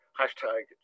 hashtag